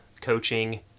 coaching